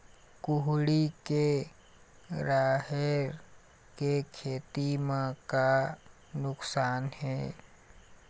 कुहड़ी के राहेर के खेती म का नुकसान हे?